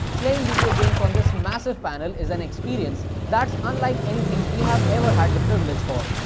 playing video games on this massive panel is an experience that's unlike anything we have ever had the privilege for.